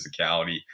physicality